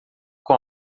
com